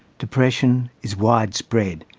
depression is widespread,